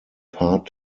part